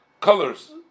colors